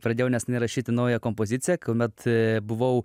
pradėjau nesenai rašyti naują kompoziciją kuomet buvau